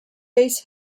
base